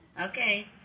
Okay